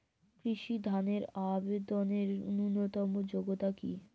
কৃষি ধনের আবেদনের ন্যূনতম যোগ্যতা কী?